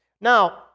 Now